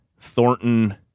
Thornton